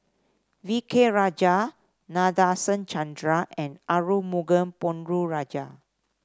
V K Rajah Nadasen Chandra and Arumugam Ponnu Rajah